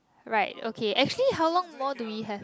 right okay actually how long more do we have